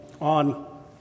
on